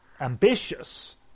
ambitious